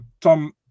Tom